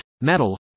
metal